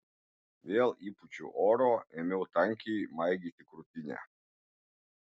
vėl įpūčiau oro ėmiau tankiai maigyti krūtinę